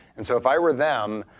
and so if i were them,